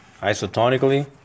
isotonically